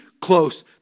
close